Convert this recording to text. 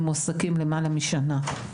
הם מועסקים למעלה משנה?